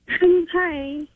Hi